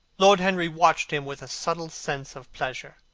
lord henry watched him with a subtle sense of pleasure.